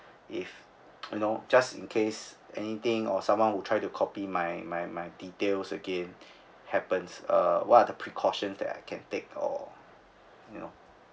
if you know just in case anything or someone would try to copy my my my details again happens uh what are the precautions that I can take or you know